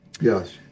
Yes